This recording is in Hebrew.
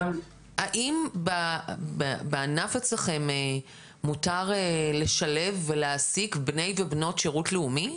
האם בענף אצלכם מותר לשלב ולהעסיק בני ובנות שירות לאומי?